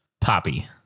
Poppy